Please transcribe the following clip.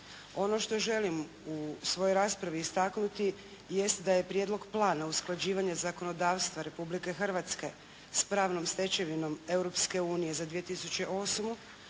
Ono što želim u svojoj raspravi istaknuti jest da je Prijedlog plana usklađivanja zakonodavstva Republike Hrvatske s pravnom stečevinom Europske